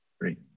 Great